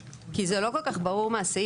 כי זה לא כל כך ברור מהסעיף.